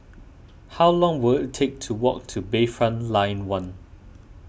how long will it take to walk to Bayfront Lane one